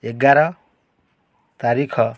ଏଗାର ତାରିଖ